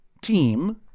team